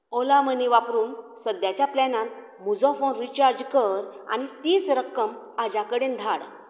Ola money वापरून सद्याच्या प्लॅनांत म्हजो फोन रिचार्ज कर आनी तीच रक्कम आज्या कडेन धाड